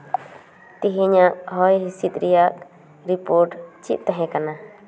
ᱛᱮᱦᱮᱧᱟᱜ ᱦᱚᱭ ᱦᱤᱥᱤᱫ ᱨᱮᱭᱟᱜ ᱨᱤᱯᱳᱨᱴ ᱪᱮᱫ ᱛᱟᱦᱮᱸ ᱠᱟᱱᱟ